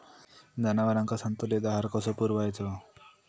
जनावरांका संतुलित आहार कसो पुरवायचो?